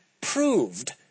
proved